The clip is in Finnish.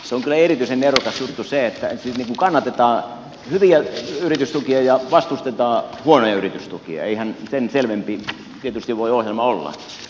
se on kyllä erityisen nerokas juttu että kannatetaan hyviä yritystukia ja vastustetaan huonoja yritystukia eihän sen selvempi tietysti voi ohjelma olla